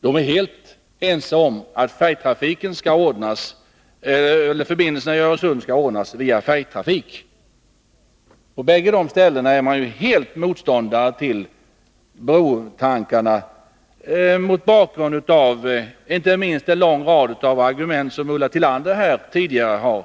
De är helt ense om att förbindelserna över Öresund bör ordnas med färjetrafik. På båda dessa orter är man helt motståndare till tankarna på en broförbindelse, inte minst mot bakgrund av de många argument som Ulla Tillander har redovisat här.